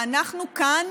ואנחנו כאן